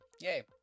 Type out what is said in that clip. yay